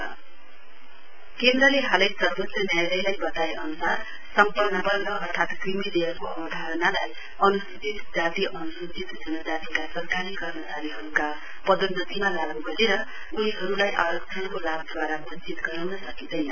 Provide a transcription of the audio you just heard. centre creamy layer केन्द्रले हालै सर्वोच्य न्यायावयलाई बताए अनुसार सम्पन्न वर्ग अर्थात क्रीमी लेयरको अवधारणालाई अन्सूचित जाति अन्सूचित जनजातिका सरकारी कर्मचारीहरूका पदोन्नतिमा लागू गरेर उनीहरूलाई आरक्षणको लाभद्वारा वञ्चित गराउन सकिँदैन